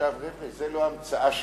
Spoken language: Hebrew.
חבר'ה, זו לא המצאה שלי,